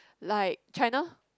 like China